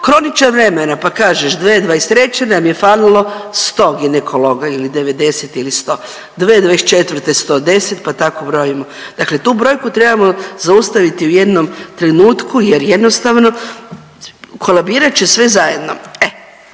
kroničar vremena pa kaže 2023. nam je falilo 100 ginekologa ili 90 ili 100, 2024. 110 pa tako brojimo, dakle tu brojku trebamo zaustaviti u jednom trenutku jer jednostavno kolabirat će sve zajedno.